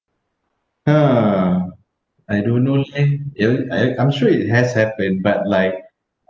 uh I don't know it and I I'm sure it has happened but like